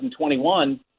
2021